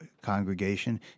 congregation